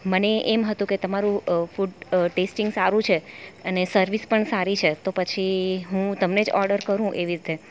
મને એમ હતું કે તમારું ફૂટ ટેસ્ટિંગ સારું છે અને સર્વિસ પણ સારી છે તો પછી હું તમને જ ઓર્ડર કરું એવી રીતે